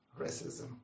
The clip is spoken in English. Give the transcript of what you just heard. racism